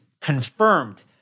confirmed